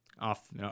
off